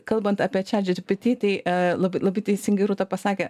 kalbant apie chatgpt tai la labai teisingai rūta pasakė